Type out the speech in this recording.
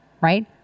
right